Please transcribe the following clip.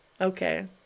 Okay